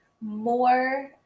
more